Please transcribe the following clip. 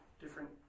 different